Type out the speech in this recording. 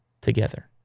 together